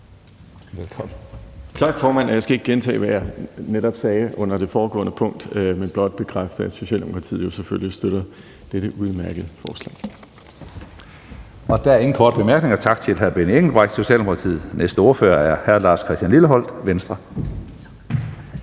Tak, formand. Jeg skal ikke gentage, hvad jeg netop sagde under det foregående punkt, men blot bekræfte, at Socialdemokratiet jo selvfølgelig støtter dette udmærkede forslag. Kl. 10:34 Tredje næstformand (Karsten Hønge): Der er ingen korte bemærkninger. Tak til hr. Benny Engelbrecht, Socialdemokratiet. Næste ordfører er hr. Lars Christian Lilleholt, Venstre.